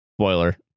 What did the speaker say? Spoiler